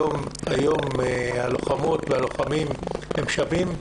היום הלוחמות והלוחמים שווים,